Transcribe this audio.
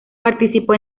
participó